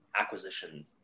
acquisition